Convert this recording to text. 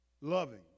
Loving